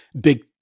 big